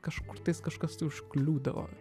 kažkur kažkas tai užkliūdavo